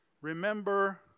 remember